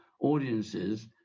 audiences